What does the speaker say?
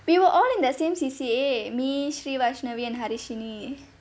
we were all in the same C_C_A me srivarshini and harishini